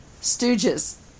stooges